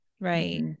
right